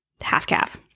half-calf